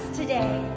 today